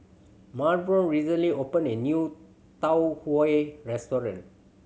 Melbourne recently opened a new Tau Huay restaurant